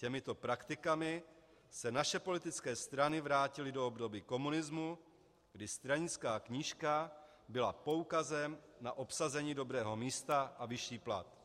Těmito praktikami se naše politické strany vrátily do období komunismu, kdy stranická knížka byla poukazem na obsazení dobrého místa a vyšší plat.